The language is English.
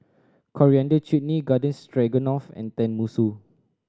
Coriander Chutney Gardens Stroganoff and Tenmusu